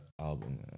album